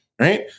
Right